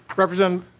representative